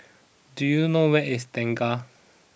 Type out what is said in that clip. do you know where is Tengah